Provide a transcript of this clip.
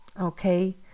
Okay